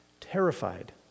Terrified